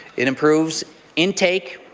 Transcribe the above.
it improves intake,